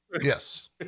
yes